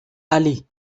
allez